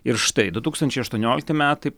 ir štai du tūkstančiai aštuoniolikti metai